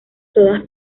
todas